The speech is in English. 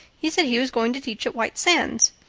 he said he was going to teach at white sands.